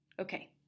Okay